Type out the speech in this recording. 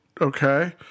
Okay